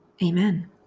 Amen